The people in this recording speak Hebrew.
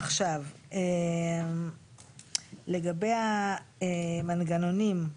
עכשיו, לגבי המנגנונים,